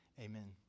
Amen